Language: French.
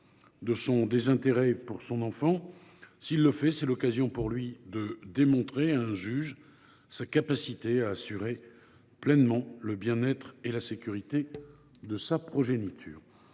de son désintérêt pour son enfant ; s’il le fait, c’est l’occasion pour lui de démontrer à un juge sa capacité à assurer pleinement le bien être et la sécurité de sa progéniture.